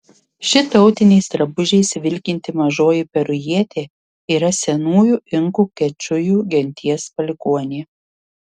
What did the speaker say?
ši tautiniais drabužiais vilkinti mažoji perujietė yra senųjų inkų kečujų genties palikuonė